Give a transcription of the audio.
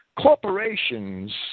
corporations